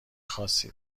خاصی